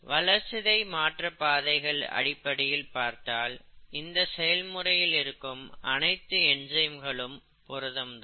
வளர்சிதை மாற்ற பாதைகள் அடிப்படையில் பார்த்தால் இந்த செயல்முறையில் இருக்கும் அனைத்து என்சைம்களும் புரதம் தான்